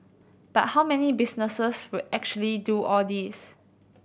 but how many businesses would actually do all this